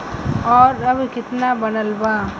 और अब कितना बनल बा?